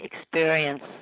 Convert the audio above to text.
experience